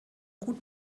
gut